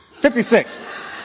56